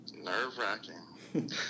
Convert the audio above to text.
Nerve-wracking